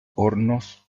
hornos